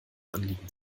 anliegen